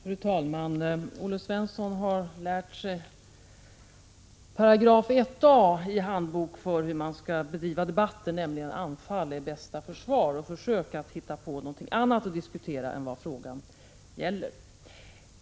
Fru talman! Olle Svensson har lärt sig § 1a i handbok för hur man skall föra debatter, där det står: Anfall är bästa försvar och Försök att hitta på något annat att diskutera än det som frågan gäller.